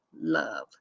love